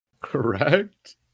Correct